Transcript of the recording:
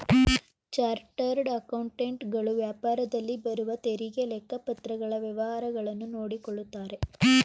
chartered accountant ಗಳು ವ್ಯಾಪಾರದಲ್ಲಿ ಬರುವ ತೆರಿಗೆ, ಲೆಕ್ಕಪತ್ರಗಳ ವ್ಯವಹಾರಗಳನ್ನು ನೋಡಿಕೊಳ್ಳುತ್ತಾರೆ